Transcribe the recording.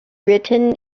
written